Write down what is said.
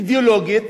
אידיאולוגית,